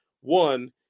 one